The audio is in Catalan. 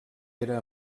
era